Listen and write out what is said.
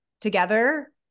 together